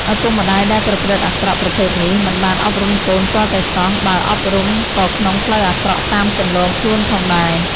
ឪពុកម្ដាយដែលប្រព្រឹត្តិអាក្រក់ប្រភេទនេះ មិនបានអប់រំកូនទាល់តែសោះ បើអប់រំក៏ក្នុងផ្លូវអាក្រក់តាមគន្លងខ្លួនផងដែរ ។